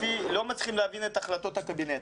לא מצליחים להבין את החלטות הקבינט.